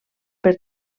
per